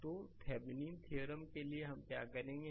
तोथेविनीन theorem के लिए हम क्या करेंगे